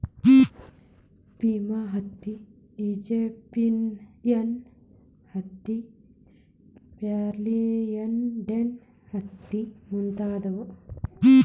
Pima ಹತ್ತಿ, Egyptian ಹತ್ತಿ, upland ಹತ್ತಿ ಮುಂತಾದವು